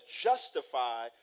justify